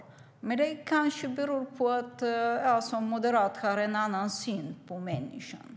Men det kanske beror på att jag som moderat har en annan syn på människor.